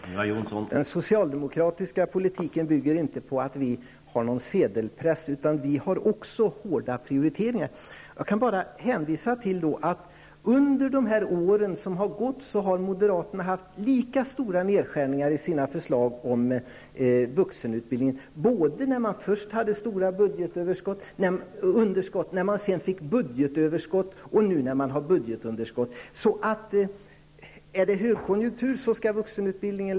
Herr talman! Den socialdemokratiska politiken bygger inte på att vi har någon sedelpress. Vi gör också hårda prioriteringar. Under de år som har gått har moderaterna föreslagit lika stora nedskärningar i vuxenutbildningen när det har varit stora budgetunderskott som när det har varit budgetöverskott. Är det högkonjunktur skall man dra ned på vuxenutbildningen.